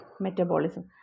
metabolism